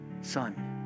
son